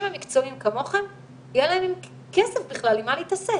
המקצועיים כמוכם יהיה להם כסף בכלל עם מה להתעסק.